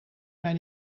mijn